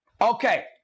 okay